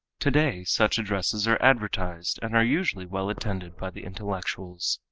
today such addresses are advertised and are usually well attended by the intellectuals.